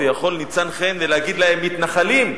ויכול ניצן חן להגיד להם: מתנחלים.